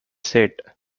said